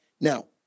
now